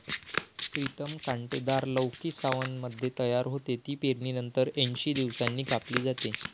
प्रीतम कांटेदार लौकी सावनमध्ये तयार होते, ती पेरणीनंतर ऐंशी दिवसांनी कापली जाते